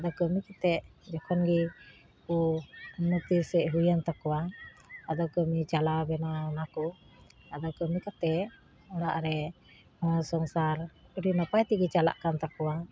ᱟᱫᱚ ᱠᱟᱹᱢᱤ ᱠᱟᱛᱮ ᱡᱚᱠᱷᱚᱱ ᱜᱮ ᱠᱚ ᱢᱤᱛᱮᱥᱮᱡ ᱦᱩᱭᱮᱱ ᱛᱟᱠᱚᱣᱟ ᱟᱫᱚ ᱠᱟᱹᱢᱤ ᱪᱟᱞᱟᱣᱵᱮᱱᱟ ᱚᱱᱟᱠᱚ ᱟᱫᱚ ᱠᱟᱹᱢᱤ ᱠᱟᱛᱮ ᱚᱲᱟᱜᱨᱮ ᱚᱲᱟᱜ ᱥᱚᱝᱥᱟᱨ ᱟᱹᱰᱤ ᱱᱟᱯᱟᱭ ᱛᱮᱜᱮ ᱪᱟᱞᱟᱜ ᱠᱟᱱ ᱛᱟᱠᱚᱣᱟ